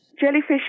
Jellyfish